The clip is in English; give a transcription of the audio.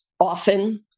often